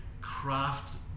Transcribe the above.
craft